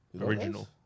Original